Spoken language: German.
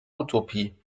utopie